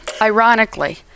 ironically